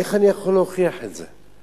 איך אני יכול להוכיח את זה?